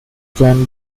can